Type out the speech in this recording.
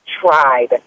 tried